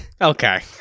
okay